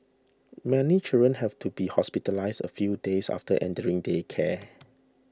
many children have to be hospitalised a few days after entering daycare